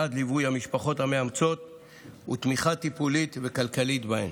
ועד ליווי המשפחות המאמצות ותמיכה טיפולית וכלכלית בהן.